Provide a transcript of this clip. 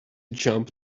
jump